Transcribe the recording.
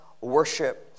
worship